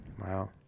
Wow